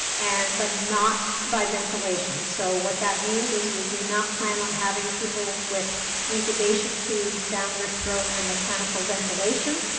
and but not by ventilation. so what that means is we do not plan on having people with intubation tubes down their throat and mechanical ventilation,